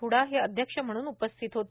हडा हे अध्यक्ष म्हणून उपस्थित होते